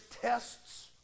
tests